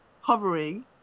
hovering